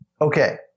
okay